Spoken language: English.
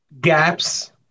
Gaps